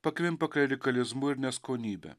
pakvimpa klerikalizmu ir neskonybe